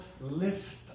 lift